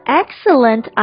excellent